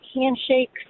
handshakes